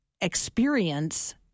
experience